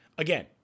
Again